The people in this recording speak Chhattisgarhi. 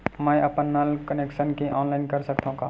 मैं अपन नल कनेक्शन के ऑनलाइन कर सकथव का?